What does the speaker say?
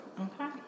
Okay